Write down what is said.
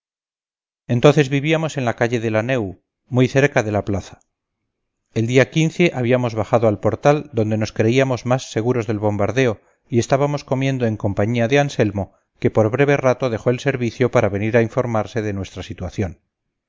entonces vivíamos en la calle de la neu muy cerca de la plaza el día habíamos bajado al portal donde nos creíamos más seguros del bombardeo y estábamos comiendo en compañía de anselmo que por breve rato dejó el servicio para venir a informarse de nuestra situación